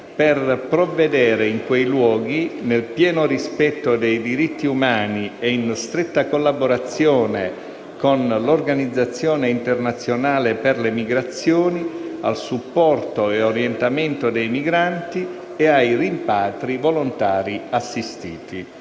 per provvedere in quei luoghi, nel pieno rispetto dei diritti umani e in stretta collaborazione con l'Organizzazione internazionale per le migrazioni, al supporto e orientamento dei migranti e ai rimpatri volontari assistiti;».